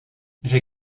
j’ai